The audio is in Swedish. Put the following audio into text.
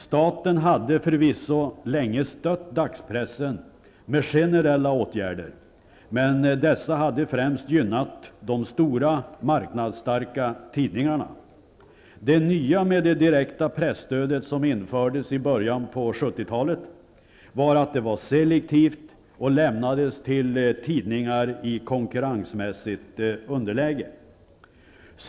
Staten hade förvisso länge stött dagspressen med generella åtgärder. Men dessa hade främst gynnat de stora marknadsstarka tidningarna. Det nya med det direkta presstödet, som infördes i början av 70 talet, var att det var selektivt och lämnades till tidningar i konkurrensmässigt underläge.